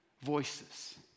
voices